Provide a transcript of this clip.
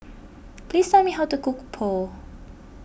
please tell me how to cook Pho